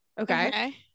Okay